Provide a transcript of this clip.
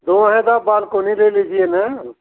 दो है तो आप बालकोनी ले लीजिए ना